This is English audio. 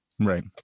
right